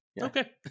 Okay